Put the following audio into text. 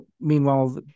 meanwhile